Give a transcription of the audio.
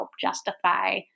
justify